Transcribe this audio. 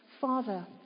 Father